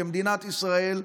כמדינת ישראל,